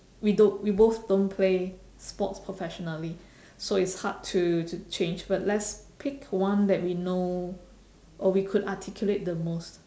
we don't we both don't play sports professionally so it's hard to to change but let's pick one that we know or we could articulate the most